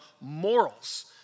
morals